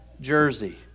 jersey